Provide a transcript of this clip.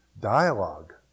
dialogue